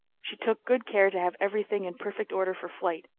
she took good care to have every thing in perfect order for flight,